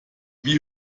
wie